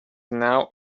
now